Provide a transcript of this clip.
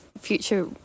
future